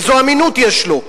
איזו אמינות יש לו?